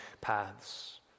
paths